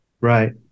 Right